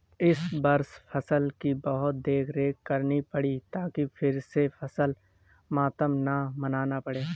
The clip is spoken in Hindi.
इस वर्ष फसल की बहुत देखरेख करनी पड़ी ताकि फिर से फसल मातम न मनाना पड़े